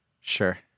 Sure